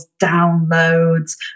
downloads